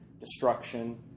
destruction